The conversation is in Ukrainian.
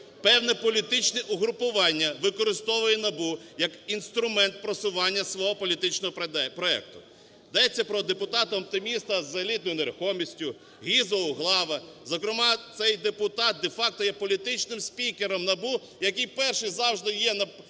Певне політичне угрупування використовує НАБУ як інструмент просування свого політичного проекту. Йдеться про депутата-оптиміста з елітною нерухомістю, Гізо Углаву, зокрема цей депутат де-факто є політичним спікером НАБУ, який перший завжди є на всіх